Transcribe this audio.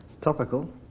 Topical